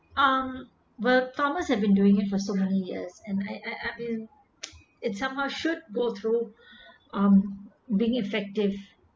um but thomas had been doing it for so many years and I I I mean it somehow should go through um being effective